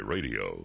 Radio